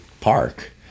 park